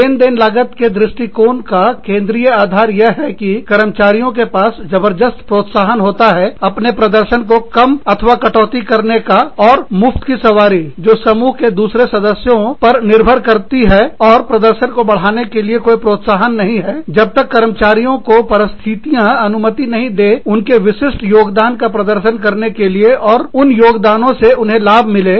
लेनदेन लागत के दृष्टिकोण का केंद्रीय आधार यह है कि कर्मचारियों के पास जबरदस्त प्रोत्साहन होता है उनके प्रदर्शन को कम अथवा कटौती करने का और मुफ्त की सवारी जो समूह के दूसरे सदस्यों पर निर्भर करती है और प्रदर्शन को बढ़ाने के लिए कोई प्रोत्साहन नहीं हैजब तक कर्मचारियों को परिस्थितियां अनुमति नहीं दे उनके विशिष्ट योगदान का प्रदर्शन करने के लिए और उन योगदानओं से उन्हें लाभ मिले